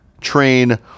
train